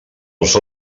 els